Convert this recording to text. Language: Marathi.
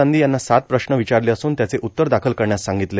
गांधी यांना सात प्रश्न विचारले असून त्याचे उत्तर दाखल करण्यास सांगितले